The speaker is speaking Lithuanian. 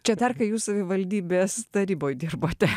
čia dar kai jūs savivaldybės taryboj dirbote